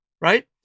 right